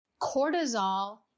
cortisol